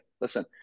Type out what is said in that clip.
Listen